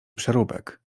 przeróbek